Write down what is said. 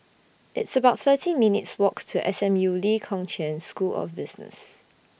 It's about thirteen minutes' Walk to S M U Lee Kong Chian School of Business